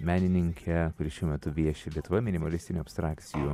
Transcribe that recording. menininkę kuri šiuo metu vieši lietuvoje minimalistinių abstrakcijų